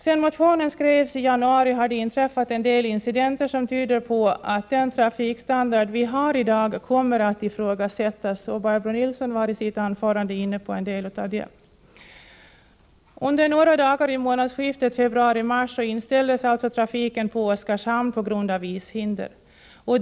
Sedan motionen skrevs i januari har det inträffat en del incidenter som tyder på att den trafikstandard vi har i dag kommer att ifrågasättas. Barbro Nilsson i Visby var i sitt anförande inne på en del av det. Under några dagar vid månadsskiftet februari-mars inställdes trafiken på Oskarshamn på grund av ishinder.